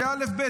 זה האלף-בית.